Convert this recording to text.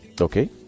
okay